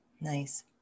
Nice